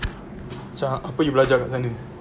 apa you belajar kat sana